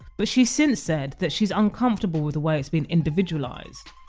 but she's since said that she's uncomfortable with the way it's been individualised.